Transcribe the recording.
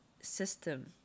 system